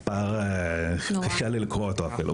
מספר שקשה לי לקרוא אותו אפילו.